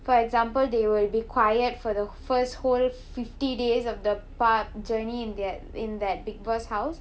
for example they will be quiet for the first whole fifty days of the part journey in that in that bigg boss house